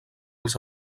els